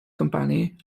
company